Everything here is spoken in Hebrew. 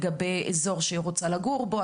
לגבי האזור שהיא רוצה לגור בו,